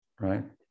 right